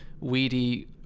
weedy